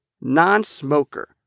non-smoker